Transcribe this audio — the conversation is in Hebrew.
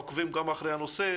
אתם עוקבים אחרי הנושא.